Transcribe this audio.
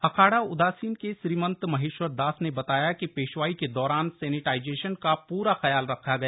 अखाड़ा उदासीन के श्रीमहंत महेश्वर दास ने बताया कि पेशवाई के दौरान सैनिटाइजेशन का पूरा ख्याल रखा गया